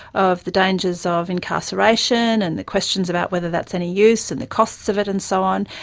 of the dangers ah of incarceration and the questions about whether that's any use and the costs of it and so on.